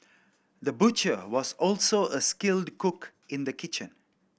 the butcher was also a skilled cook in the kitchen